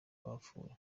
abapfuye